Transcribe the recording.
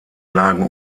lagen